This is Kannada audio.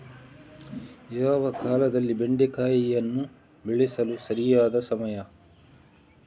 ಯಾವ ಕಾಲದಲ್ಲಿ ಬೆಂಡೆಕಾಯಿಯನ್ನು ಬೆಳೆಸಲು ಸರಿಯಾದ ಸಮಯ?